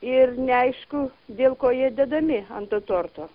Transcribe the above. ir neaišku dėl ko jie dedami ant to torto